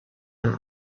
that